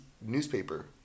newspaper